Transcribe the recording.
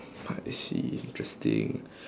I see interesting